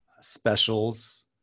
specials